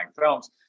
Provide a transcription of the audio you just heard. films